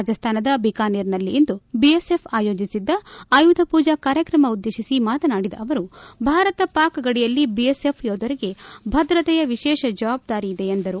ರಾಜಸ್ತಾನದ ಬಿಕಾನೇರ್ನಲ್ಲಿಂದು ಬಿಎಸ್ಎಫ್ ಆಯೋಜಿಸಿದ್ದ ಆಯುಧಪೂಜಾ ಕಾರ್ಯಕ್ರಮ ಉದ್ವೇತಿಸಿ ಮಾತನಾಡಿದ ಅವರು ಭಾರತ ಪಾಕ್ ಗಡಿಯಲ್ಲಿ ಬಿಎಸ್ಎಫ್ ಯೋಧರಿಗೆ ಭದ್ರತೆಯ ವಿಶೇಷ ಜವಾಬ್ದಾರಿಯಿದೆ ಎಂದರು